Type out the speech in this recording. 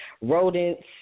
rodents